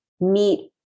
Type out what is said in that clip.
meet